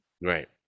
right